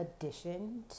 addition